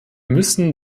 müssen